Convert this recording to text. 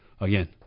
again